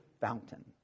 fountain